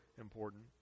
important